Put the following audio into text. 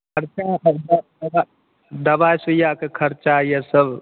खर्चा खर्चा दबाइ सुइयाके खर्चा ई सब